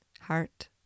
Heart